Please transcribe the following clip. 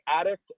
addict